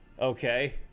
okay